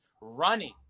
running